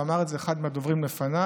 ואמר את זה אחד מהדוברים לפניי,